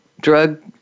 drug